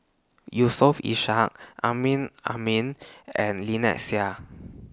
Yusof Ishak Amrin Amin and Lynnette Seah